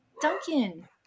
duncan